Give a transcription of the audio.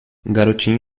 garotinho